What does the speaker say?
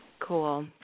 Cool